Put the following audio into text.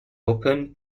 open